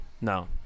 No